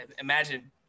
Imagine